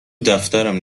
دفترم